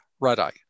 Red-Eye